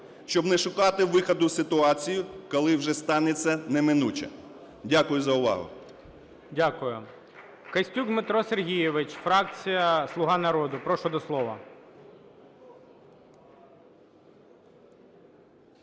щоб не шукати виходу із ситуації, коли вже станеться неминуче. Дякую за увагу. ГОЛОВУЮЧИЙ. Дякую. Костюк Дмитро Сергійович, фракція "Слуга народу". Прошу до слова.